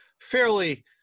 fairly